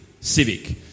civic